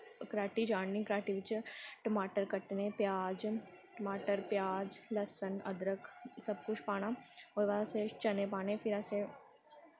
कड़ाह्टी चाढ़नी कड़ाह्टी बिच्च टमाटर कट्टने प्याज टमाटर प्याज अदरक ल्हसन सबलकिश पाना ओह्दे बाद चने पाने फिर असें